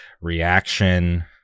Reaction